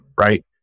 right